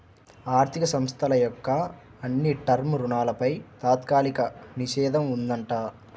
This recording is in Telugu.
ఆర్ధిక సంస్థల యొక్క అన్ని టర్మ్ రుణాలపై తాత్కాలిక నిషేధం ఉందంట